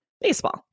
baseball